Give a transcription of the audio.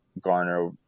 garner